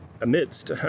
amidst